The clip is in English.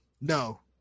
no